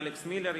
אלכס מילר,